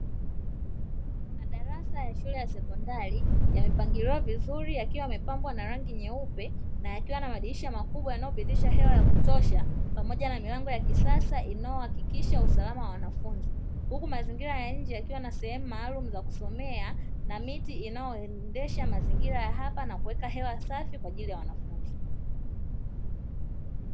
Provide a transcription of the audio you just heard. Madarasa ya shule ya sekondari yamepangiliwa vizuri yakiwa yamepambwa na rangi nyeupe; na yakiwa na madirisha makubwa yanayopitisha hewa ya kutosha pamoja na milango ya kisasa inayohakikisha usalama wa wanafunzi, huku mazingira ya nje yakiwa na sehemu maalumu ya kusomea; na miti inayoendesha mazingira ya hapa na kuweka hewa safi kwa ajili ya wanafunzi.